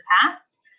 past